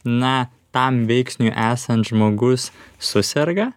na tam veiksniui esant žmogus suserga